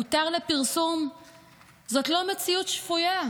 הותר לפרסום זאת לא מציאות שפויה.